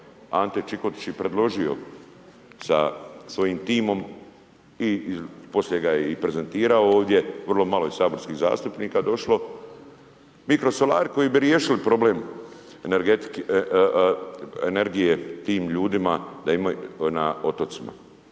Ante Čikotić i predložio sa svojim timom i poslije ga je i prezentirao ovdje, vrlo malo je saborskih zastupnika došli. Mikrosolari koji bi riješili problem energije tim ljudima da imaju